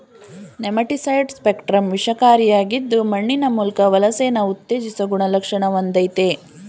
nematicide spectrum ವಿಷಕಾರಿಯಾಗಿದ್ದು ಮಣ್ಣಿನ ಮೂಲ್ಕ ವಲಸೆನ ಉತ್ತೇಜಿಸೊ ಗುಣಲಕ್ಷಣ ಹೊಂದಯ್ತೆ